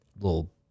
little